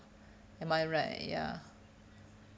am I right ya